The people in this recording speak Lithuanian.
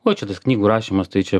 o čia tas knygų rašymas tai čia